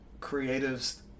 creatives